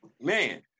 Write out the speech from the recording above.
Man